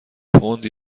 پوند